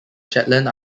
shetland